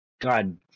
god